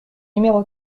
numéro